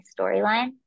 storyline